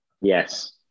Yes